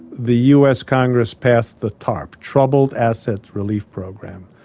the us congress passed the tarp, troubled assets relief program.